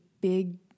big